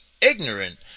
ignorant